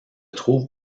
trouve